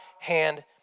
hand